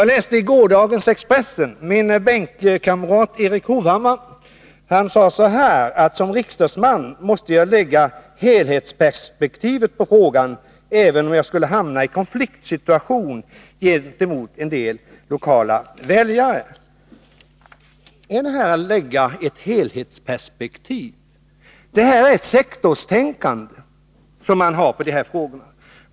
Jag läste i gårdagens Expressen att min bänkkamrat Erik Hovhammar hade sagt så här: ”Som riksdagsman måste jag lägga helhetsperspektivet på frågan — även om jag skulle hamna i konfliktsituation gentemot en del lokala väljare.” Är det ett helhetsperspektiv man använder sig av? Det är ett sektorstänkande man tillämpar i de här frågorna.